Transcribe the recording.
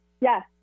yes